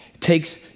takes